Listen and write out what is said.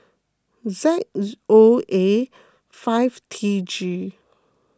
Z O A five T G